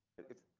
it's